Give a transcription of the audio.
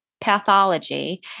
pathology